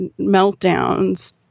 meltdowns